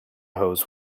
hose